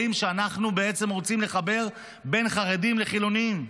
שאנחנו בעצם רוצים איתם לחבר בין חרדים לחילוניים.